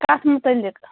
کَتھ مُتعلِق